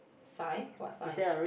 sign what sign